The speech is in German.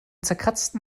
zerkratzten